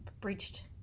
breached